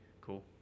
cool